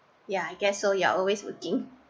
ya I guess so you're always working